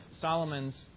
Solomon's